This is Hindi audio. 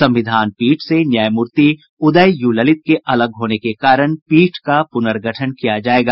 संविधान पीठ से न्यायमूर्ति उदय यू ललित के अलग होने के कारण पीठ का पुनगर्ठन किया जायेगा